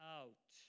out